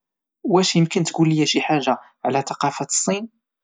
واش ممكن تقوليا شي حاجة على ثقافة الصين؟